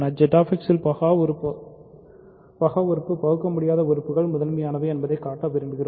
ZX இல் பகா பகுக்கமுடியாத கூறுகள் முதன்மையானவை என்பதைக் காட்ட விரும்புகிறோம்